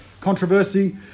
controversy